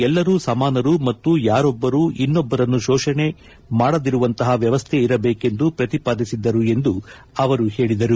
ಎಲ್ಲರೂ ಸಮಾನರು ಮತ್ತು ಯಾರೊಬ್ಬರು ಇನ್ನೊಬ್ಬರನ್ನು ಶೋಷಣೆ ಮಾಡದಿರುವಂತಪ ವ್ಲವಸ್ಥೆ ಇರಬೇಕೆಂದು ಪ್ರತಿಪಾದಿಸಿದ್ದರು ಎಂದು ಅವರು ಹೇಳಿದರು